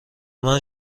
مند